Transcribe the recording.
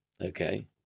okay